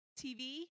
TV